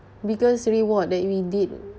biggest reward that we did